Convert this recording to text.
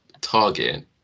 target